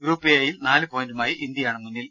group എയിൽ നാലു പോയിന്റുമായി ഇന്ത്യയാണ് മുന്നിൽ